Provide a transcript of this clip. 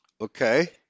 Okay